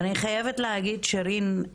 ואני חייבת להגיד שירין,